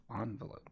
Envelope